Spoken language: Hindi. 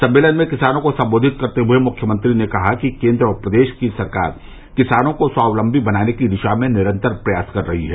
सम्मेलन में किसानों को सम्बोधित करते हुए मुख्यमंत्री ने कहा कि केन्द्र और प्रदेश की सरकार किसानों को स्वावलम्बी बनाने की दिशा में निरंतर प्रयास कर रही है